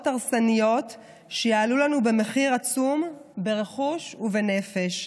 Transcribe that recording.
הרסניות שיעלו לנו במחיר עצום ברכוש ובנפש.